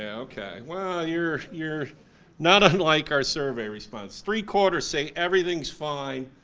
yeah okay. well you're you're not unlike our survey responses. three quarters say everything's fine,